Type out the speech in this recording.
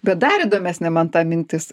bet dar įdomesnė man ta mintis